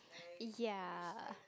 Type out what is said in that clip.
ya